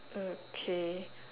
okay